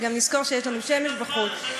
וגם נזכור שיש לנו שמש בחוץ.